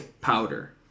powder